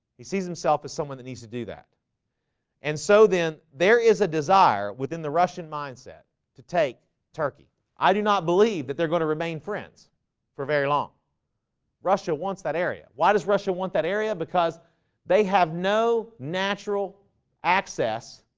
he sees himself as someone that needs to do that and so then there is a desire within the russian mindset to take turkey i do not believe that they're going to remain friends for very long russia wants that area. why does russia want that area? because they have no natural access